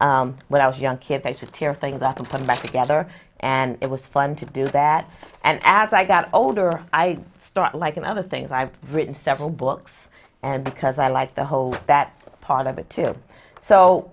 goal when i was young kids i just tear things up and put back together and it was fun to do that and as i got older i start liking other things i've written several books and because i like the whole that part of it too so